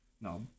No